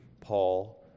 Paul